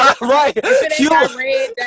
Right